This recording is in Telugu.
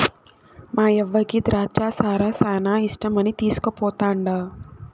మాయవ్వకి ద్రాచ్చ సారా శానా ఇష్టమని తీస్కుపోతండా